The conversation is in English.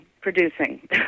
producing